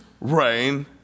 rain